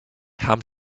haben